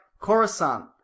Coruscant